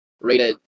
rated